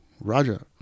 Raja